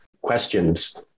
questions